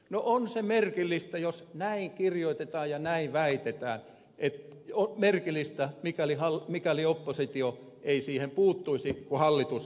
no on se merkillistä jos näin kirjoitetaan ja näin väitetään erki nool merkillistä mikäli halua mikäli oppositio ei siihen puuttuisi kun hallitus ei puutu